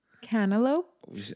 Cantaloupe